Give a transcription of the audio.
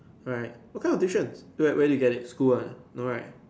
right what kind of tuition to ah where do you get it school one no right